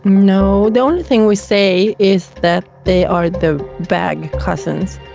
no, the only thing we say is that they are the bag cousins,